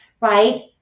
right